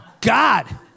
God